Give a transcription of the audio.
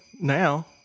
now